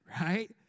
right